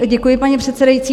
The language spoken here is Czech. Děkuji, paní předsedající.